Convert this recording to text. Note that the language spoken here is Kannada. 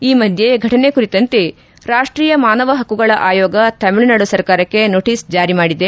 ಈ ಮಧ್ಯೆ ಘಟನೆ ಕುರಿತಂತೆ ರಾಷ್ಟೀಯ ಮಾನವ ಹಕ್ಕುಗಳ ಆಯೋಗ ತಮಿಳುನಾಡು ಸರ್ಕಾರಕ್ಕೆ ನೋಟಸ್ ಜಾರಿ ಮಾಡಿದೆ